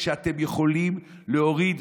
כשאתם יכולים להוריד,